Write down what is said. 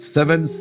Seven